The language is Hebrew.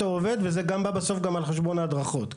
עובד וזה גם בא בסוף על חשבון ההדרכות,